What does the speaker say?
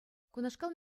кунашкал